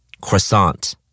Croissant